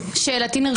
שאלתי נרשמה?